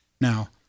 Now